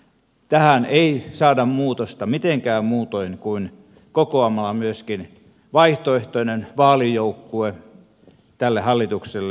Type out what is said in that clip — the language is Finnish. tähän ei saada muutosta mitenkään muutoin kuin kokoamalla myöskin vaihtoehtoinen vaalijoukkue tälle hallitukselle